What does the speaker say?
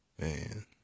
man